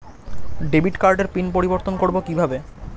Debit কার্ডের pin পরিবর্তন করবো কীভাবে?